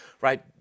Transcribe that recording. right